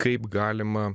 kaip galima